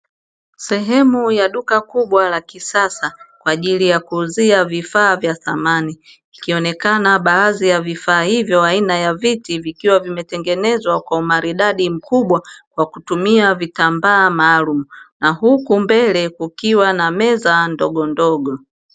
Sehemu ya duka kubwa la kisasa kwa ajili ya kuuzia bidhaa za samani, ikionekana baadhi ya vifaa hivyo aina ya viti vikiwa vimetengeenzwa kwa umaridadi mkubwa, kwa kutumia vitambaa maalumu na huku mbele kukiwa na meza ndogondogo.